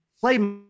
play